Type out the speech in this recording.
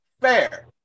fair